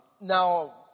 Now